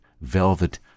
velvet